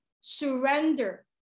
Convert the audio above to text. surrender